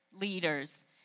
leaders